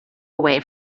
away